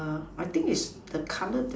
I think is the colour the